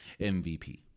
MVP